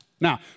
Now